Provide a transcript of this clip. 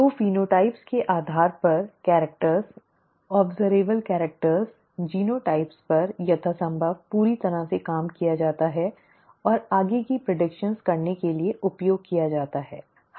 तो फेनोटाइप्स के आधार पर कैरिक्टॅर्स अब्ज़र्वबल कैरिक्टॅर्स जीनोटाइप पर यथासंभव पूरी तरह से काम किया जाता है और आगे की भविष्यवाणियां करने के लिए उपयोग किया जाता है ठीक है